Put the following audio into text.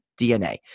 DNA